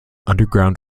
underground